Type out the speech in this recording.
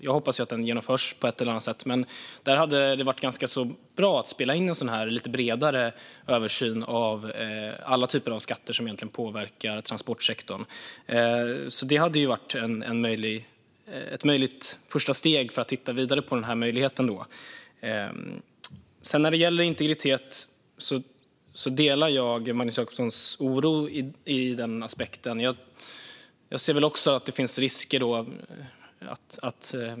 Jag hoppas ju att den genomförs på ett eller annat sätt, men där hade det varit ganska bra att spela in en lite bredare översyn av alla typer av skatter som påverkar transportsektorn. Det hade varit ett möjligt första steg för att titta vidare på den här möjligheten. Pausad BNP-index-ering för drivmedel När det sedan gäller integritet delar jag Magnus Jacobssons oro över den aspekten. Jag ser också att det finns risker med detta.